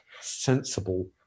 sensible